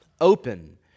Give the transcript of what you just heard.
open